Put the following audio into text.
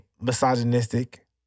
misogynistic